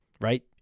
right